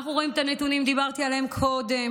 אנחנו רואים את הנתונים, דיברתי עליהם קודם,